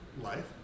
life